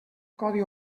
codi